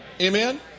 Amen